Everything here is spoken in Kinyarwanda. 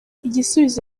igisubizo